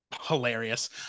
hilarious